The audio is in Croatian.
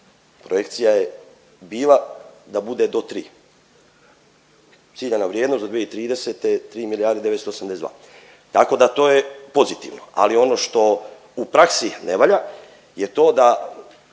projekcija je bila da bude do 3, ciljana vrijednost do 2030. je 3 milijarde 982, tako da to je pozitivno, ali ono što u praksi ne valja je to da